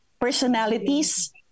personalities